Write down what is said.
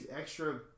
extra